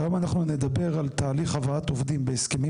היום אנחנו נדבר על תהליך להבאת עובדים בהסכמים